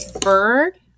bird